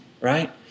right